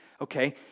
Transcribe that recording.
Okay